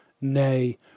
Nay